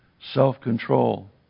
self-control